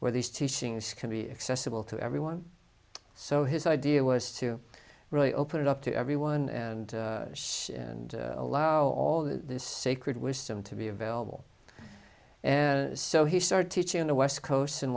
where these teachings can be accessible to everyone so his idea was to really open it up to everyone and allow all the sacred wisdom to be available and so he started teaching in the west coast in